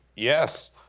Yes